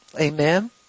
Amen